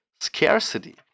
scarcity